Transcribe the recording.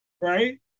right